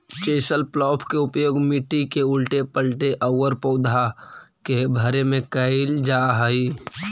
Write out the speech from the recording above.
chisel plough के उपयोग मट्टी के उलऽटे पलऽटे औउर पौधा के भरे में कईल जा हई